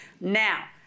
Now